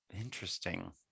interesting